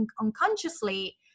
unconsciously